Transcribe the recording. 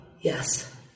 Yes